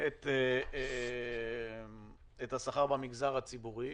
את השכר במגזר הציבורי